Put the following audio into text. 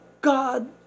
God